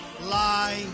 lie